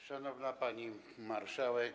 Szanowna Pani Marszałek!